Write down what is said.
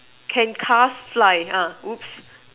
can cars fly uh whoops